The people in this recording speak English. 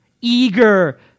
eager